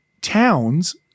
towns